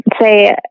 say